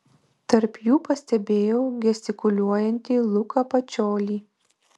tarp jų pastebėjau gestikuliuojantį luką pačiolį